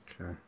Okay